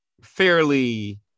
fairly